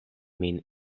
min